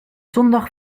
zondag